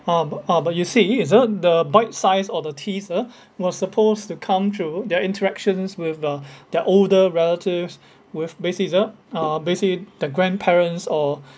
um ah but you see is the the bite-size or the teaser was supposed to come through their interactions with the their older relatives with bas~ is the uh basically the grandparents or